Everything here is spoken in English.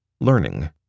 learning